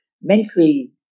mentally